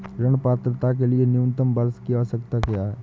ऋण पात्रता के लिए न्यूनतम वर्ष की आवश्यकता क्या है?